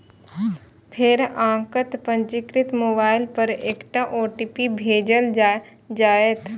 फेर अहांक पंजीकृत मोबाइल पर एकटा ओ.टी.पी भेजल जाएत